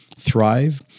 thrive